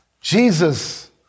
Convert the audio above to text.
Jesus